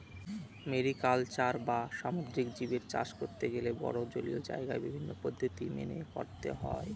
mariculture বা সামুদ্রিক জীবদের চাষ করতে গেলে বড়ো জলীয় জায়গায় বিভিন্ন পদ্ধতি মেনে করতে হয়